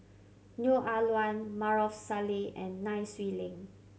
Neo Ah Luan Maarof Salleh and Nai Swee Leng